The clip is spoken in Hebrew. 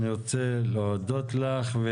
אני רוצה להודות לך.